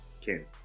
Ken